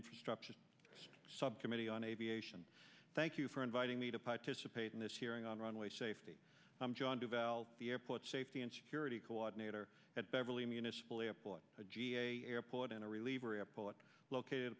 infrastructure subcommittee on aviation thank you for inviting me to participate in this hearing on runway safety the airport safety and security coordinator at beverly municipal airport a ga airport and a reliever airport located